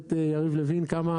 הכנסת יריב לוין כמה